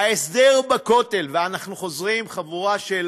ההסדר בכותל, ואנחנו חוזרים, חבורה של